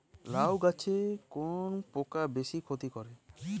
লাউ গাছে কোন পোকা বেশি ক্ষতি করে?